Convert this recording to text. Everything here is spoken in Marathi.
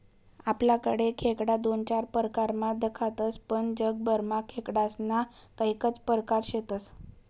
आपलाकडे खेकडा दोन चार परकारमा दखातस पण जगभरमा खेकडास्ना कैकज परकार शेतस